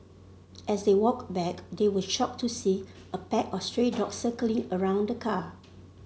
as they walked back they were shocked to see a pack of stray dogs circling around the car